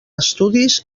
estudis